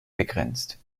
begrenzt